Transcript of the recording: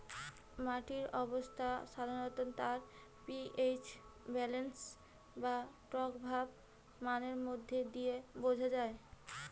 মাটির অবস্থা সাধারণত তার পি.এইচ ব্যালেন্স বা টকভাব মানের মধ্যে দিয়ে বুঝা যায়